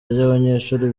ry’abanyeshuri